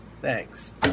Thanks